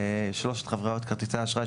לשלושת חברות כרטיסי האשראי,